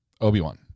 Obi-Wan